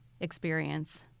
experience